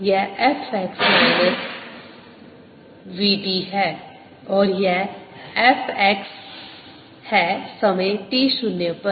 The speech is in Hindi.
यह f x minus v t है और यह f x है समय t शून्य पर